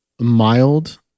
mild